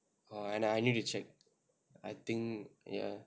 or and I need to check I think ya